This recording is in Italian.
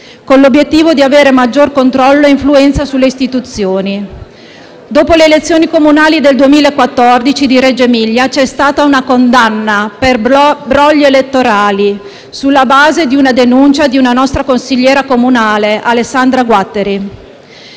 con l'obiettivo di avere maggior controllo e influenza sulle istituzioni. Dopo le elezioni comunali del 2014 di Reggio Emilia c'è stata una condanna per brogli elettorali sulla base di una denuncia di una nostra consigliera comunale, Alessandra Guatteri.